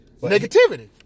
Negativity